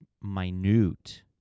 minute